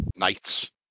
knights